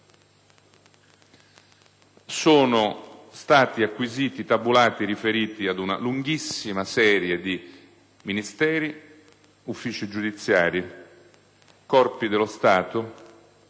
capo degli ispettori e quelli riferiti ad una lunghissima serie di Ministeri, uffici giudiziari, corpi dello Stato,